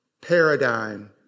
paradigm